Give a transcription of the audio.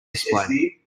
display